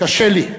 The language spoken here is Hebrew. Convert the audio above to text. קשה לי,